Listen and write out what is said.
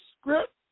script